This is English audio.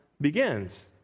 begins